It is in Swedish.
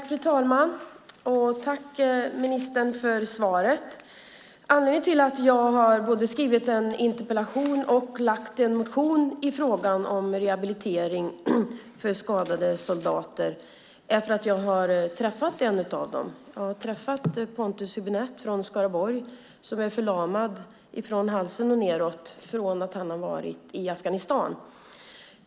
Fru talman! Tack, ministern, för svaret! Anledningen till att jag har både skrivit en interpellation och väckt en motion i frågan om rehabilitering för skadade soldater är att jag har träffat en av dem. Jag har träffat Pontus Hübinette från Skaraborg som är förlamad från halsen och nedåt efter att ha varit i Afghanistan.